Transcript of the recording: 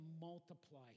multiply